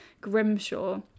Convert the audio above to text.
Grimshaw